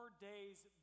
days